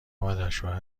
مادرشوهر